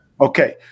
Okay